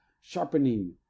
sharpening